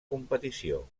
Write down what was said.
competició